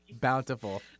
bountiful